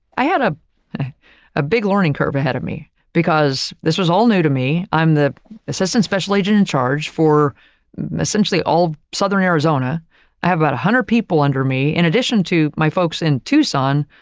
i had a ah big learning curve ahead of me, because this was all new to me. i'm the assistant special agent in charge for essentially all southern arizona. i have about one hundred people under me in addition to my folks in tucson,